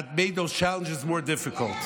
made all challenges more difficult,